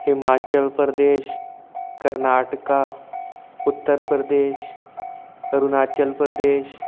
Himachal Pradesh Karnataka Uttar Pradesh Arunachal Pradesh